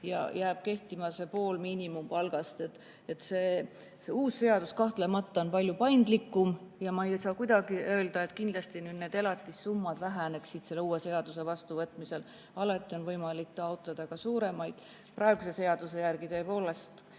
Ja jääb kehtima see pool miinimumpalgast. Uus seadus kahtlemata on palju paindlikum ja ma ei saa kuidagi öelda, et kindlasti elatissummad väheneksid uue seaduse vastuvõtmisel. Alati on võimalik taotleda ka suuremaid [summasid]. Praeguse seaduse järgi tõepoolest,